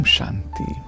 Shanti